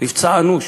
נפצע אנוש,